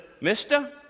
mister